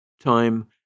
Time